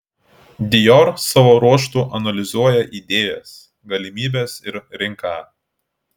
dior savo ruožtu analizuoja idėjas galimybes ir rinką